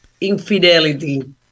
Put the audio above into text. infidelity